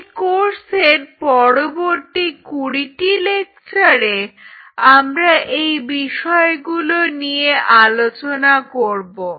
এই কোর্সের পরবর্তী কুড়িটি লেকচারে আমরা এই বিষয়গুলো নিয়ে আলোচনা করব